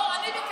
לא, אני ביקשתי.